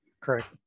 Correct